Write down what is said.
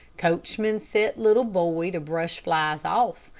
coachman set little boy to brush flies off,